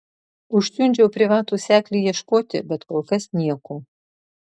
užsiundžiau privatų seklį ieškoti bet kol kas nieko